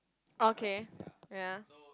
okay ya